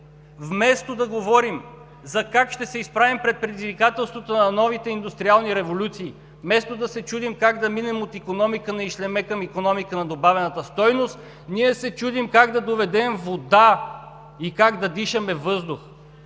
вместо да говорим за това как ще се изправим пред предизвикателствата на новите индустриални революции, вместо да се чудим как да минем от икономиката на ишлеме към икономиката на добавената стойност, ние се чудим как да доведем вода и как да дишаме въздух.